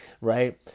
right